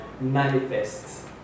manifests